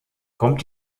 kommt